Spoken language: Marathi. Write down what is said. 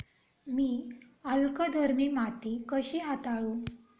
मी अल्कधर्मी माती कशी हाताळू?